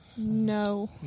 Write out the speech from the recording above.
no